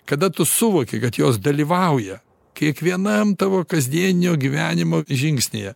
kada tu suvoki kad jos dalyvauja kiekvienam tavo kasdieninio gyvenimo žingsnyje